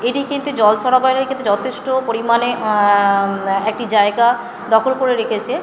এটি কিন্তু জল সরবরাহের ক্ষেত্রে যথেষ্ট পরিমাণে একটি জায়গা দখল করে রেখেছে